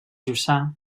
jussà